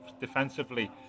defensively